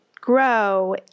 grow